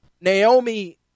Naomi